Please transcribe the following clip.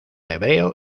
hebreo